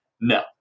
No